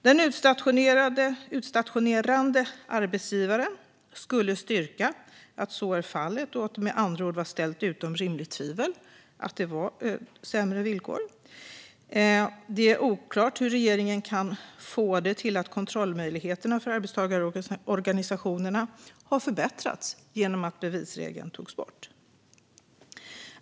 Den utstationerande arbetsgivaren skulle styrka att så var fallet, och det skulle med andra ord vara ställt utom rimligt tvivel att villkoren var sådana. Det är oklart hur regeringen kan få det till att kontrollmöjligheterna för arbetstagarorganisationerna har förbättrats genom att bevisregeln togs bort.